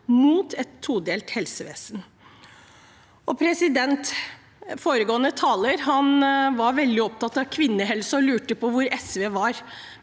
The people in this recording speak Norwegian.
mot et todelt helsevesen. Foregående taler var veldig opptatt av kvinnehelse og lurte på hvor SV var,